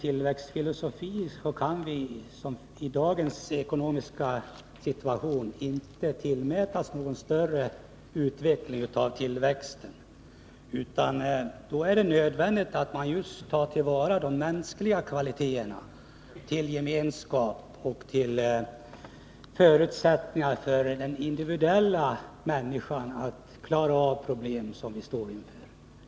I dagens ekonomiska situation är inte = möjligheterna till tillväxt i samhället särskilt stora. Då är det nödvändigt att just ta till vara de mänskliga kvaliteterna, öka gemenskapen och skapa förutsättningar för den individuella människan att klara av problem som hon står inför.